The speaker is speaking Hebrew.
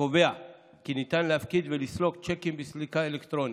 הקובע כי ניתן להפקיד ולסלוק צ'קים בסליקה אלקטרונית,